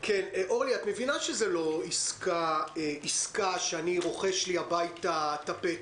את מבינה שזה לא עסקה שאני רוכש לי הביתה טפטים.